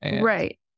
Right